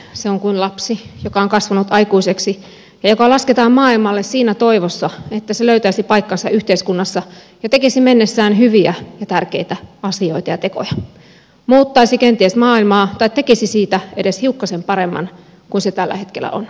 se on kuin lapsi joka on kasvanut aikuiseksi ja joka lasketaan maailmalle siinä toivossa että se löytäisi paikkansa yhteiskunnassa ja tekisi mennessään hyviä ja tärkeitä asioita ja tekoja muuttaisi kenties maailmaa tai tekisi siitä edes hiukkasen paremman kuin se tällä hetkellä on